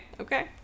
Okay